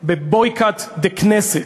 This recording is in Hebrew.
ב-boycott the Knesset.